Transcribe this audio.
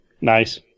Nice